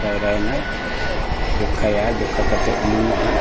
ᱯᱟᱭᱨᱟᱭᱮᱱᱟ ᱡᱚᱠᱷᱟᱭᱟ ᱡᱚᱠᱷᱟ ᱠᱟᱛᱮᱫ ᱩᱱᱩᱢᱚᱜᱼᱟ